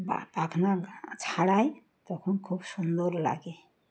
বা পাখনা ছাড়াই তখন খুব সুন্দর লাগে